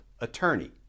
attorney